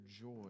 joy